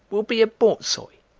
will be a borzoi.